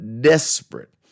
desperate